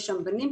יש שם בנים,